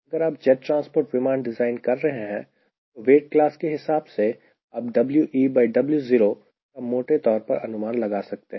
अगर आप jet transport विमान डिज़ाइन कर रहे हैं तो वेट क्लास के हिसाब से आप WeWo का मोटे तौर पर अनुमान लगा सकते हैं